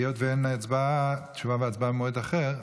היות שאין הצבעה, תשובה והצבעה במועד אחר.